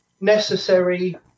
necessary